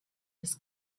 this